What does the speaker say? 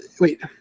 Wait